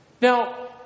Now